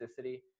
toxicity